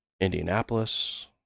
Indianapolis